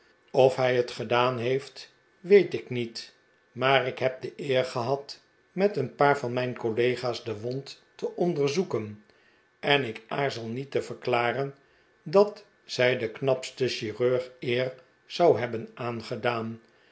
of hij het gedaan heeft weet ik niet maar ik heb de eer gehad met een paar van mijn collega's de wond te onderzoeken en ik aarzel niet te verklaren dat zij den knapsten chirurg eer zou hebben aangedaan